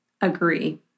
Agree